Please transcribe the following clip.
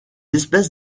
espèces